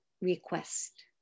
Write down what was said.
request